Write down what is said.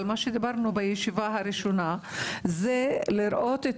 אבל מה שדיברנו בישיבה הראשונה זה לראות את